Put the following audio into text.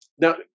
now